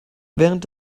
während